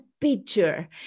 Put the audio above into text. picture